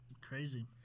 Crazy